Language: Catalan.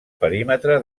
perímetre